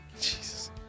jesus